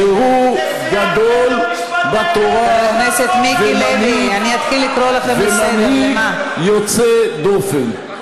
שהוא גדול בתורה ומנהיג יוצא דופן.